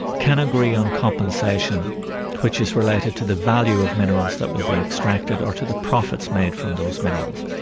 can agree on compensation which is related to the value of minerals that will be extracted, or to the profits made from those minerals.